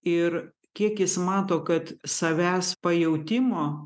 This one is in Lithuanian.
ir kiek jis mato kad savęs pajautimo